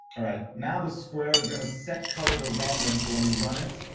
right, now this square is gonna set color to random. so when you run it,